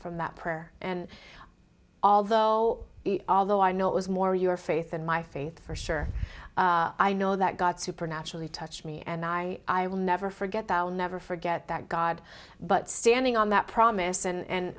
from that prayer and although although i know it was more your faith and my faith for sure i know that god supernaturally touch me and i will never forget i'll never forget that god but standing on that promise and